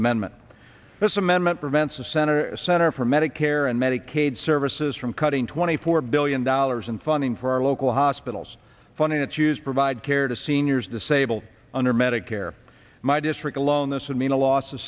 amendment this amendment prevents the senator senator from medicare and medicaid services from cutting twenty four billion dollars in funding for our local hospitals funding its use provide care to seniors disabled under medicare my district alone this would mean a loss of